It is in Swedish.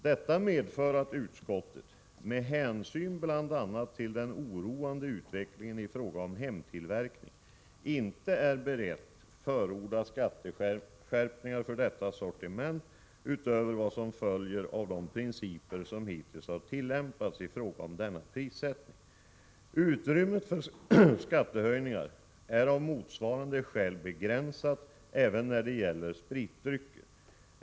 Detta medför att utskottet — med hänsyn bl.a. till den oroande utvecklingen i fråga om hemtillverkning — inte är berett att förorda skatteskärpningar för detta sortiment utöver vad som följer av de principer som hittills har tillämpats i fråga om denna prissättning. Utrymmet för skattehöjningar är av motsvarande skäl begränsat även när det gäller spritdrycker.